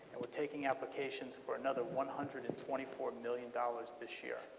we're taking applications for another one hundred and twenty four million dollars this year.